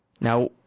Now